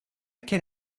can